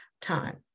time